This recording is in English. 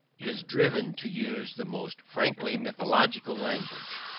is driven to use the most frankly mythological language.